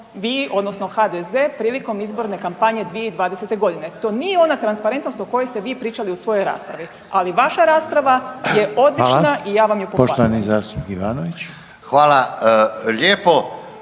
vi, odnosno HDZ prilikom izborne kampanje 2020. g. To nije ona transparentnost o kojoj ste vi pričali u svojoj raspravi. Ali, vaša rasprava je odlična i ja vam je pohvaljujem.